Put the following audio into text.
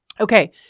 Okay